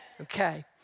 Okay